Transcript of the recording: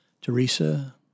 Teresa